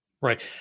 Right